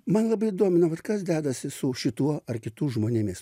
man labai domino kas dedasi su šituo ar kitų žmonėmis